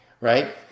Right